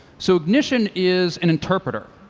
so ignition is an interpreter.